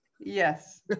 Yes